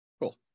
cool